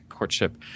courtship